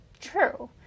true